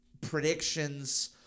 predictions